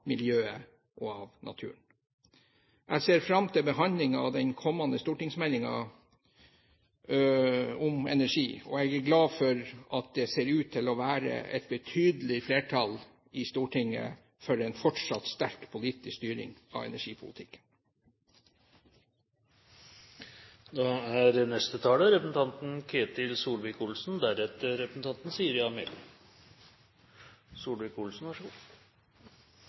miljøet og av naturen. Jeg ser fram til behandlingen av den kommende stortingsmeldingen om energi, og jeg er glad for at det ser ut til å være et betydelig flertall i Stortinget for en fortsatt sterk politisk styring av